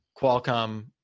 Qualcomm